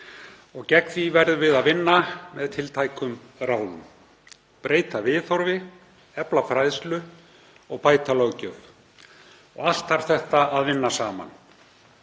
og gegn því verðum við að vinna með öllum tiltækum ráðum — breyta viðhorfi, efla fræðslu og bæta löggjöf og allt þarf þetta að vinna saman.